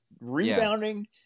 Rebounding